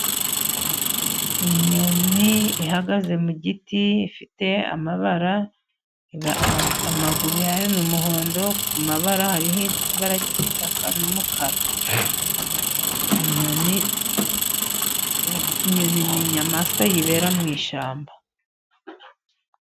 Inyoni ihagaze mu giti ifite amabara, amaguru yayo ni umuhondo ku mabara hariho ibara ry'igitaka n'umukara. Inyoni ni inyamaswa yibera mu ishyamba.